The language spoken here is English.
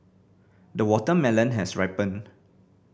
the watermelon has ripened